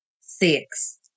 six